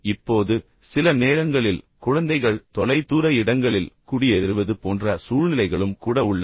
இப்போது சில நேரங்களில் குழந்தைகள் தொலைதூர இடங்களில் குடியேறுவது போன்ற சூழ்நிலைகளும் கூட உள்ளன